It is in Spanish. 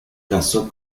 casó